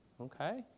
okay